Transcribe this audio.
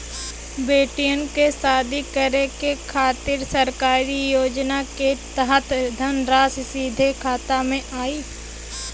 बेटियन के शादी करे के खातिर सरकारी योजना के तहत धनराशि सीधे खाता मे आई?